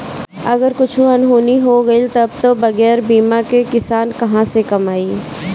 अगर कुछु अनहोनी हो गइल तब तअ बगैर बीमा कअ किसान कहां से कमाई